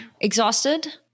exhausted